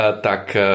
tak